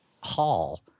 hall